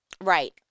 right